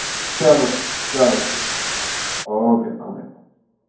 چلو ٹھیٖک چلو ٹھیٖک چھُ او کے اَسلام علیکُم